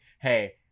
Hey